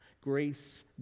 Grace